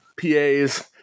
PAs